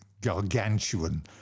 gargantuan